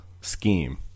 scheme